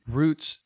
roots